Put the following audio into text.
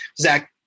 Zach